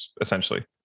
essentially